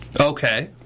Okay